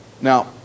Now